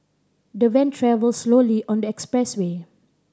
the van travelled slowly on the expressway